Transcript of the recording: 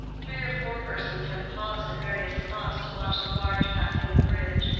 three or four persons had paused at various spots to watch the barge passing the bridge,